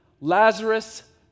Lazarus